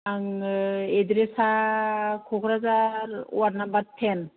आङो एडड्रेसा Kokrajhar ward number ten